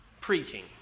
Preaching